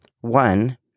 One